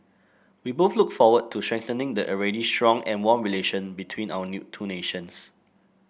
we both look forward to strengthening the already strong and warm relation between our new two nations